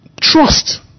Trust